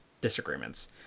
disagreements